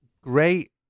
great